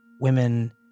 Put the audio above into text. women